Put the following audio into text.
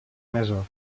mesos